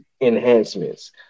enhancements